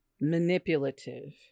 Manipulative